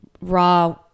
raw